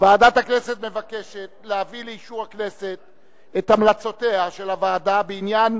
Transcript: ועדת הכנסת מבקשת להביא לאישור הכנסת את המלצותיה של הוועדה בעניין